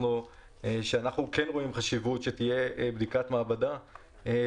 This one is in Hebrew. שאנחנו כן רואים חשיבות שתהיה בדיקת לאמיתות